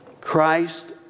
Christ